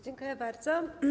Dziękuję bardzo.